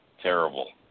Terrible